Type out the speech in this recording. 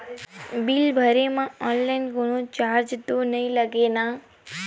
Bill भरे मा online कोनो चार्ज तो नई लागे ना?